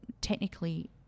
technically